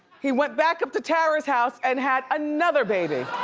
he went back up to tara's house and had another baby.